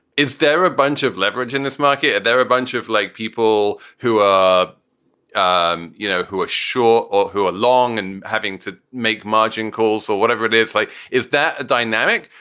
is there a bunch of leverage in this market? and there bunch of like people who, um you know, who are sure or who are long and having to make margin calls or whatever it is like. is that a dynamic?